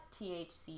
THC